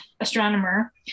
astronomer